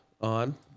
on